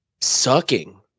sucking